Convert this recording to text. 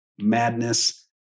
madness